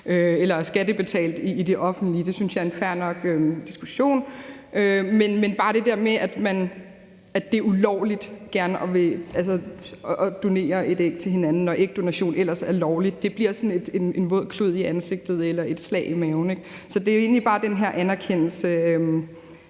være skattebetalt i det offentlige. Det synes jeg er en fair nok diskussion. Men det der med, at det er ulovligt gerne at ville donere et æg til hinanden, når ægdonation ellers er lovligt, bliver bare sådan en våd klud i ansigtet eller et slag i maven, ikke? Så det er jo egentlig bare den her anerkendelse